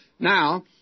Now